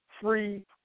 free